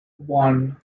one